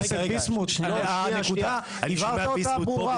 הנקודה הבהרת אותה ברורה.